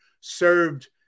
served